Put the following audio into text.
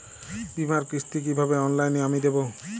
বীমার কিস্তি কিভাবে অনলাইনে আমি দেবো?